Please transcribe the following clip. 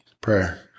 Prayer